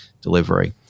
delivery